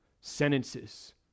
sentences